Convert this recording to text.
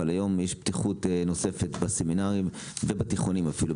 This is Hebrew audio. אבל היום יש פתיחות נוספת בסמינרים ובתיכונים אפילו,